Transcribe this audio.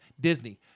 Disney